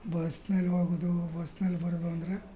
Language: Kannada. ಬಸ್ನಲ್ಲಿ ಹೋಗೋದು ಬಸ್ನಲ್ಲಿ ಬರೋದು ಅಂದರೆ